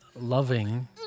loving